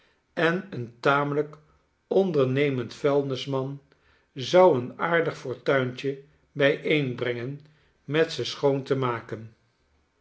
en een tamelijk ondernemend vuilnisman zou een aardig fortuintje bijeenbrengen met ze schoon te maken